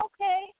okay